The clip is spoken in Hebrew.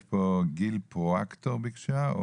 יש פה גיל פרואקטור שביקש.